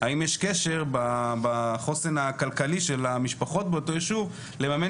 האם יש קשר בחוסן הכלכלי של המשפחות באותו יישוב לממן